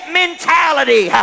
mentality